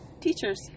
Teachers